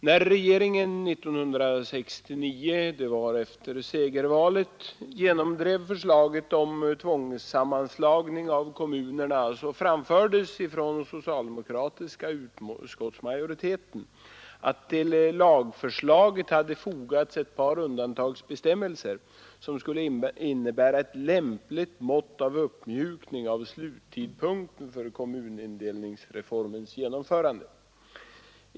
När regeringen 1969 efter segervalet genomdrev förslaget om tvångssammanslagning av kommunerna framfördes från den socialdemokratiska utskottsmajoriteten att till lagförslaget hade fogats ett par undantags bestämmelser, som skulle innebära ett lämpligt mått av uppmjukning av sluttidpunkten för kommunindelningsreformens genomförande.